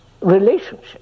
relationship